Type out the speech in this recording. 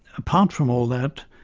apart from all that,